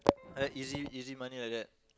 I like easy easy money like that